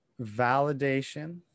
validation